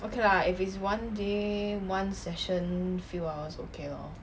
okay lah if it's one day one session few hours okay lor